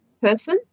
person